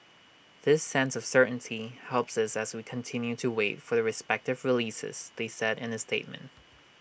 this sense of certainty helps us as we continue to wait for the respective releases they said in A statement